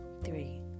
three